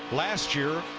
last year,